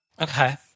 Okay